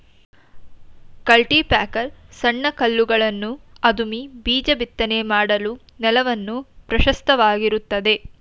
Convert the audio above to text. cultipacker ಸಣ್ಣ ಕಲ್ಲುಗಳನ್ನು ಅದುಮಿ ಬೀಜ ಬಿತ್ತನೆ ಮಾಡಲು ನೆಲವನ್ನು ಪ್ರಶಸ್ತವಾಗಿರುತ್ತದೆ